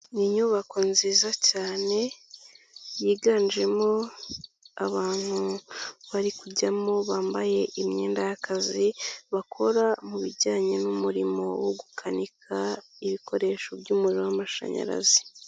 Ni inyubako nziza cyane, yiganjemo abantu bari kujyamo bambaye imyenda y'akazi, bakora mu bijyanye n'umurimo wo gukanika, ibikoresho by'umuriro w'amashanyarazi.